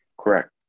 Correct